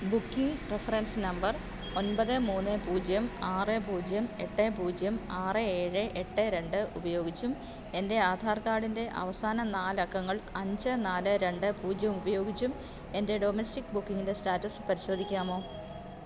booking reference number ഒൻപത് മൂന്ന് പൂജ്യം ആറ് പൂജ്യം എട്ട് പൂജ്യം ആറ് ഏഴ് എട്ട് രണ്ട് ഉപയോഗിച്ചും എൻ്റെ ആധാർ കാർഡിൻ്റെ അവസാന നാലക്കങ്ങൾ അഞ്ച് നാല് രണ്ട് പൂജ്യം ഉപയോഗിച്ചും എൻ്റെ ഡൊമസ്റ്റിക് ബുക്കിംഗിൻ്റെ സ്റ്റാറ്റസ് പരിശോധിക്കാമോ